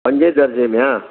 पंज दर्जे में आहे